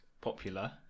popular